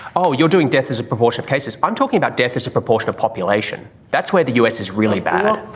oh, you're doing death as a proportion of cases. i'm talking about death as a proportion of population. that's where the us is really bad.